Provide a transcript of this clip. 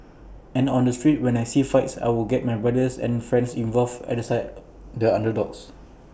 and on the street when I see fights I would get my brothers and friends involved at the side the underdogs